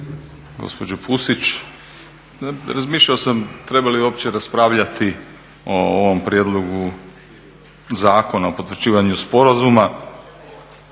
gospođo Pusić. Razmišljao sam treba li uopće raspravljati o ovom prijedlogu Zakona o potvrđivanju sporazuma